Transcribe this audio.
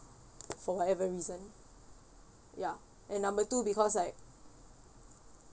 for whatever reason ya and number two because like